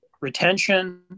retention